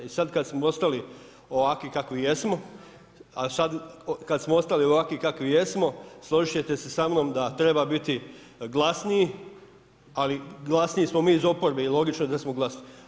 I sad kad smo ostali ovakvi kakvi jesmo, a sad kad smo ostali ovakvi kakvi jesmo složit ćete se sa mnom da treba biti glasniji ali glasniji smo mi iz oporbe i logično je da smo glasni.